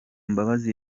mbabazi